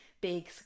big